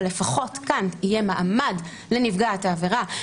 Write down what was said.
אבל לפחות כאן יהיה מעמד לנפגעת העבירה,